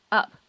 up